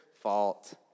fault